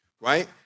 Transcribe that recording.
Right